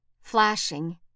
flashing